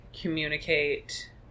communicate